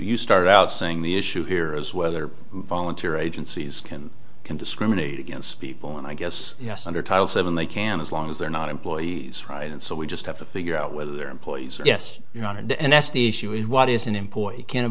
you started out saying the issue here is whether volunteer agencies can can discriminate against people and i guess yes under title seven they can as long as they're not employees right and so we just have to figure out whether their employees are yes you know and that's the issue is what is an employee can